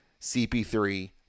CP3